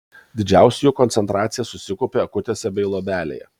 didžiausia jų koncentracija susikaupia akutėse bei luobelėje